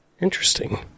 Interesting